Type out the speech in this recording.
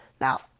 Now